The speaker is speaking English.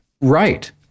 Right